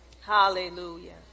Hallelujah